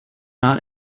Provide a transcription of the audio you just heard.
not